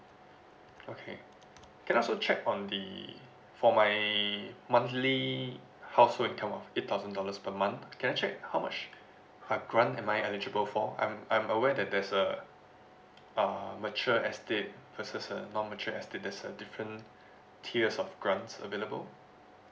okay can I also check on the for my monthly household income of eight thousand dollars per month can I check how much ha~ grant am I eligible for I'm I'm aware that there's a uh mature estate versus a non mature estate there's uh different tiers of grants available